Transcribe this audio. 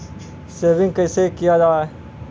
Saving कैसै किया जाय?